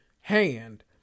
hand